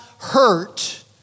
hurt